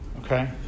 Okay